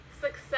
success